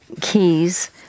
keys